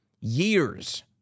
years